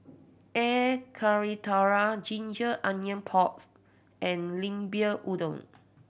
Air Karthira ginger onion pork and Lemper Udang